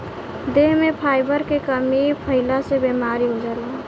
देह में फाइबर के कमी भइला से बीमारी हो जाला